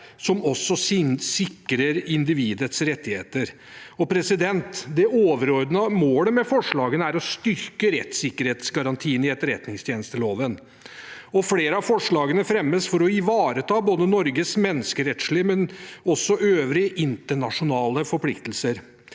som også sikrer individets rettigheter. Det overordnede målet med forslagene er å styrke rettssikkerhetsgarantien i etterretningstjenesteloven. Flere av forslagene fremmes for å ivareta både Norges menneskerettslige og øvrige internasjonale forpliktelser.